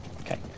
Okay